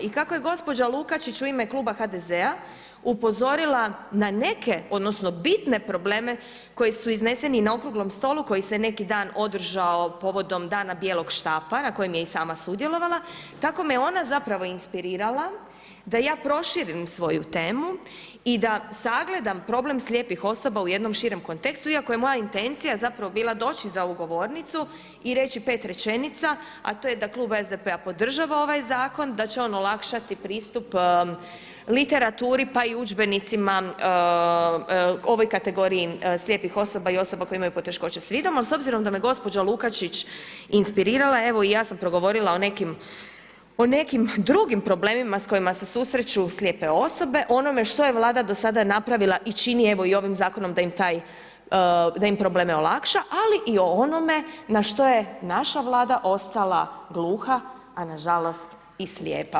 I kako je gospođa Lukačić u ime kluba HDZ-a upozorila na neke odnosno bitne probleme koji su izneseni na okruglom stolu koji se neki dan održao povodom dana bijelog štapa na kojem je i sama sudjelovala, tako me i ona zapravo inspirirala da ja proširim svoju temu i da sagledam problem slijepih osoba u jednom širem kontekstu iako je moja intencija zapravo bila doći za ovu govornicu i reći 5 rečenica a to je da klub SDP-a podržava ovaj zakon, da će on olakšati pristup literaturi pa i udžbenicima ovoj kategoriji slijepih osoba i osoba koje imaju poteškoća s vidom ali s obzirom da me gospođa Lukačić inspirirala, evo i ja sam progovorila o neki, drugim problemima s kojima se susreću slijepe osobe, o onome što je Vlada do sada napravila i čini evo i ovim zakonom da im probleme olakša ali i o onome na što je naša Vlada ostala gluha a nažalost i slijepa.